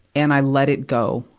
and i let it go.